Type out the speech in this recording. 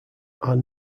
are